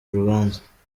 urubanza